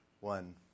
one